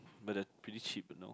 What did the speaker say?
but they are pretty cheap you know